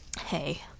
Hey